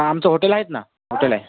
हा आमचं हॉटेल आहेत ना हॉटेल आहे